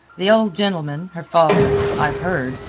the old gentleman, her father, i have heard,